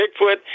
Bigfoot